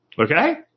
Okay